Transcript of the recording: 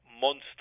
monster